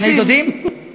בני-דודים.